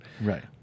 Right